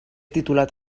titulat